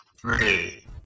three